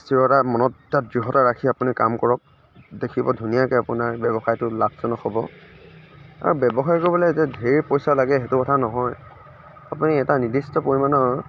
স্থিৰতা মনত এটা দৃঢ়তা ৰাখি আপুনি কাম কৰক দেখিব ধুনীয়াকৈ আপোনাৰ ব্য়ৱসায়টো লাভজনক হ'ব আৰু ব্য়ৱসায় কৰিবলৈ যে ঢেৰ পইচা লাগে সেইটো কথা নহয় আপুনি এটা নিৰ্দিষ্ট পৰিমাণৰ